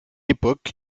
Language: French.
époque